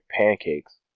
pancakes